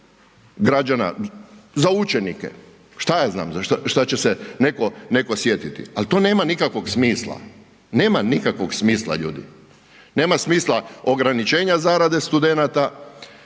građana, za učenike, šta ja znam za šta će se neko sjetiti ali to nema nikakvog smisla, nema nikakvog smisla, ljudi. Nema smisla ograničenja zarade studenata,